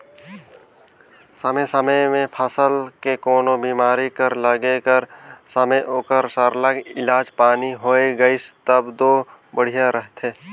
समे समे में फसल के कोनो बेमारी कर लगे कर समे ओकर सरलग इलाज पानी होए गइस तब दो बड़िहा रहथे